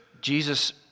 Jesus